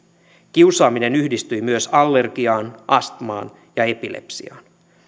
kiusaaminen yhdistyi myös allergiaan astmaan ja epilepsiaan